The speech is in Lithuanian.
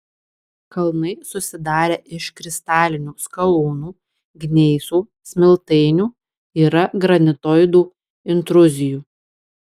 kalnai susidarę iš kristalinių skalūnų gneisų smiltainių yra granitoidų intruzijų